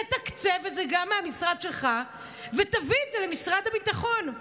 תתקצב את זה גם מהמשרד שלך ותביא את זה למשרד הביטחון.